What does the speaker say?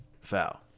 foul